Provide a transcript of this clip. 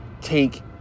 take